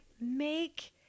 make